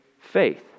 faith